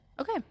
Okay